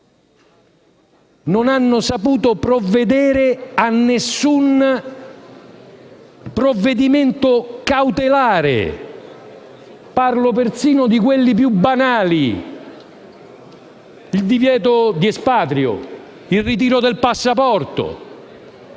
non si è saputo prendere alcun provvedimento cautelare. Parlo persino di quelli più banali, come il divieto di espatrio e,il ritiro del passaporto;